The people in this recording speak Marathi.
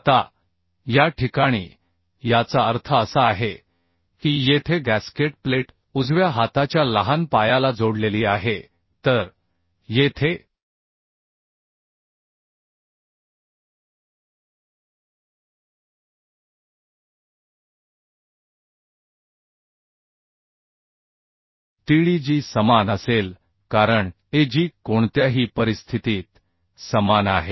आता या ठिकाणी याचा अर्थ असा आहे की येथे गॅस्केट प्लेट उजव्या हाताच्या लहान पायाला जोडलेली आहे तर येथे tdg समान असेल कारणag कोणत्याही परिस्थितीत समान आहे